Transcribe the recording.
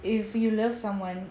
if you love someone